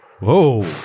Whoa